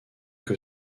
que